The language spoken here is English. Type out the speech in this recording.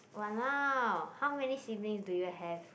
!walao! how many siblings do you have